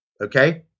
Okay